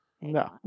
No